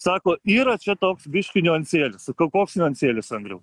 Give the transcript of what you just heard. sako yra čia toks biškį niuansėlis sakau koks niuansėlis andriau